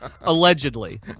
allegedly